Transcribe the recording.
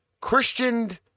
Christianed